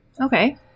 Okay